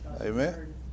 Amen